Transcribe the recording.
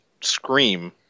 scream